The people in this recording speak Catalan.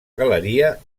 galeria